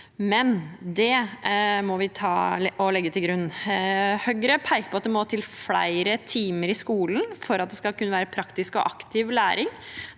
– det må vi legge til grunn. Høyre peker på at det må flere timer i skolen til for at det skal kunne være praktisk og aktiv læring.